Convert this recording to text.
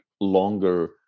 Longer